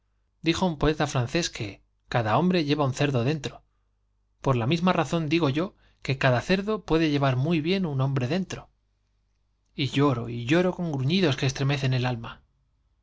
dijo un poeta francés que cada hombre lleva un cerdo dentro por la mism'a razón digo yo que cada cerdo puede llevar muy bien un hombre dentro i y lloro lloro con gruñidos que estremecen el alma